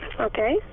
Okay